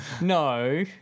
no